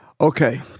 Okay